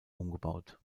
umgebaut